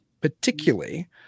particularly